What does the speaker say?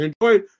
Enjoy